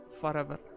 forever